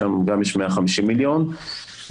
שם יש גם 150 מיליון שקל,